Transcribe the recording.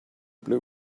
blue